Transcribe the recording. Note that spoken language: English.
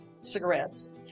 cigarettes